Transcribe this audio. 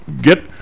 get